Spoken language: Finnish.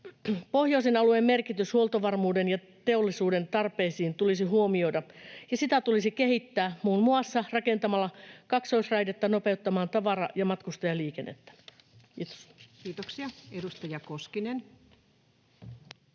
Pohjoisen alueen merkitys huoltovarmuuden ja teollisuuden tarpeisiin tulisi huomioida, ja sitä tulisi kehittää muun muassa rakentamalla kaksoisraidetta nopeuttamaan tavara- ja matkustajaliikennettä. — Kiitos. Kiitoksia. — Edustaja Koskinen.